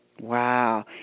Wow